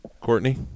Courtney